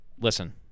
Listen